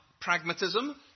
pragmatism